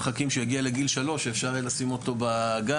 מחכים שיגיע לגיל שלוש שאפשר יהיה לשים אותו בגן